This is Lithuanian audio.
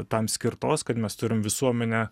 tam skirtos kad mes turim visuomenę